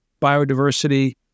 biodiversity